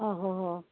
ହୋ